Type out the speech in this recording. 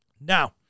Now